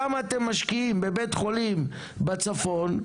כמה אתם משקיעים בבתי חולים בצפון,